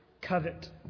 covet